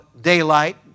daylight